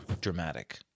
dramatic